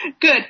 Good